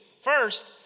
First